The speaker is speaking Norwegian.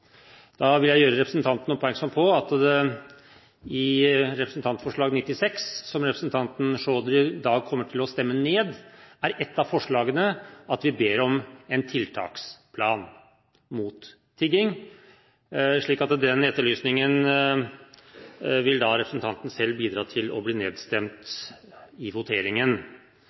Da vil jeg gjøre representanten oppmerksom på at i representantforslag 96 S, som representanten Chaudhry kommer til å være med på å stemme ned, er et av forslagene at vi ber om en tiltaksplan mot tigging, slik at den etterlysningen vil representanten selv bidra til blir nedstemt i voteringen.